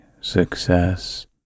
success